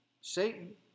Satan